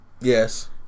Yes